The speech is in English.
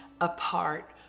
apart